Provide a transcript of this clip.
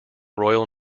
royal